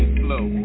flow